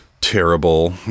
terrible